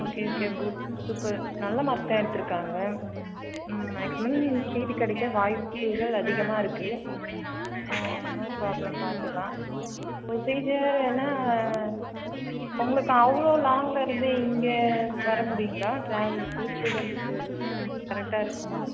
okay okay good super நல்ல mark தான் எடுத்திருக்காங்க மேக்ஸிமம் சீட்டு கிடைக்க வாய்ப்புகள் அதிகமாக இருக்குது நோ ப்ரோப்ளம் பார்த்துக்கலாம் ப்ரொசீஜர் என்ன உங்களுக்கு அவ்வளோ லாங்லிருந்து இங்கே வர முடியுங்களா ட்ராவலுக்கு ஸ்டூடெண்டுக்கு கரெக்டாக இருக்குமா